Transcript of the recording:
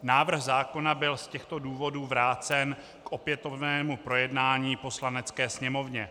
Návrh zákona byl z těchto důvodů vrácen k opětovnému projednání Poslanecké sněmovně.